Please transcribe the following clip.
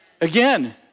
again